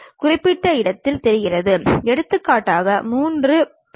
இந்த கிடைமட்ட தளத்தில் மேற்பக்க தோற்றத்தை நாம் காண்கிறோம்